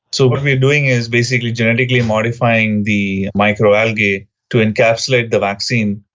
so what we are doing is basically genetically modifying the microalgae to encapsulate the vaccine.